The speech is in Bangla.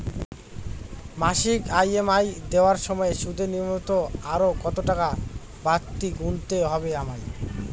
মাসিক ই.এম.আই দেওয়ার সময়ে সুদের নিমিত্ত আরো কতটাকা বাড়তি গুণতে হবে আমায়?